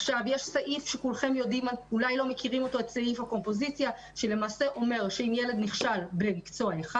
יש סעיף ששמו "סעיף הקומפוזיציה" זה אומר שאם ילד נכשל במקצוע אחד